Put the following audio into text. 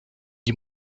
die